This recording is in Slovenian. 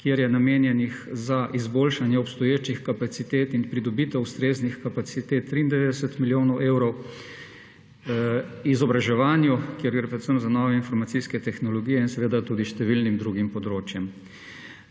kjer je namenjenih za izboljšanje obstoječih kapacitet in pridobitev ustreznih kapacitet 93 milijonov evrov izobraževanju, kjer gre predvsem za nove informacijske tehnologije, in seveda tudi številnim drugim področjem.